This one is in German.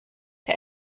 der